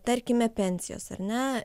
tarkime pensijos ar ne